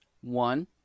One